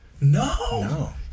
No